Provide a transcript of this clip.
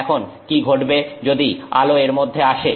এখন কি ঘটবে যদি আলো এর মধ্যে আসে